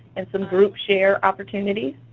and some group share opportunities?